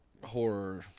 horror